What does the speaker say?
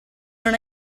non